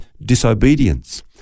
disobedience